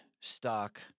stock